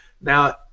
Now